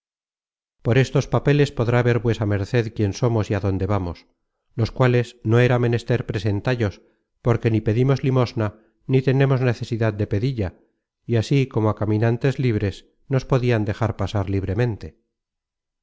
por estos papeles podrá ver vuesa merced quién somos y á dónde vamos los cuales no era menester presentallos porque ni pedimos limosna ni tenemos necesidad de pedilla y así como á caminantes libres nos podian dejar pasar libremente